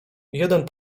jeden